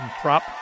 Prop